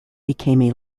became